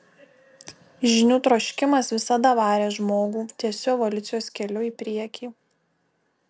žinių troškimas visada varė žmogų tiesiu evoliucijos keliu į priekį